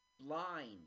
blind